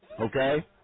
Okay